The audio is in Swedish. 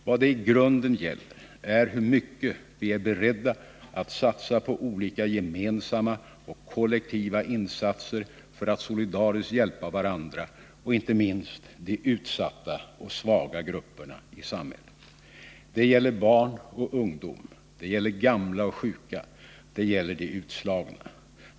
Vad det i grunden gäller är hur mycket vi är beredda att satsa på olika gemensamma och kollektiva åtgärder för att solidariskt hjälpa varandra och inte minst för att stödja de utsatta och svaga grupperna i samhället. Det gäller barn och ungdom. Det gäller gamla och sjuka. Det gäller de utslagna.